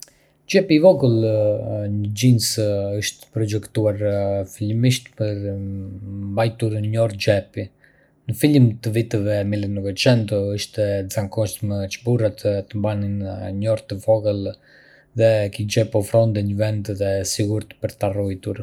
Xhepi i vogël në xhinse është projektuar fillimisht për të mbajtur një orë xhepi. Në fillim të viteve mille e novecento, ishte e zakonshme që burrat të mbanin një orë të vogël dhe ky xhep ofronte një vend të sigurt për ta ruajtur.